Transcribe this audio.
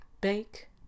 bake